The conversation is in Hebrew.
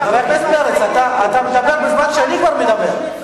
חבר הכנסת פרץ, אתה מדבר בזמן שאני כבר מדבר.